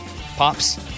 pops